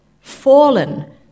Fallen